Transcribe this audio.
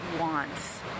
wants